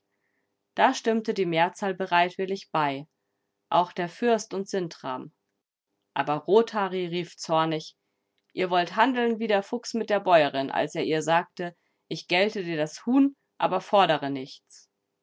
da stimmte die mehrzahl bereitwillig bei auch der fürst und sintram aber rothari rief zornig ihr wollt handeln wie der fuchs mit der bäuerin als er ihr sagte ich gelte dir das huhn aber fordere nichts